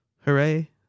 hooray